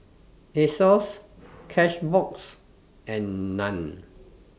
Asos Cashbox and NAN